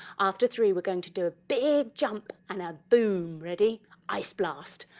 after three, we're going to do a big jump and a boom. ready? ice blast.